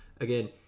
Again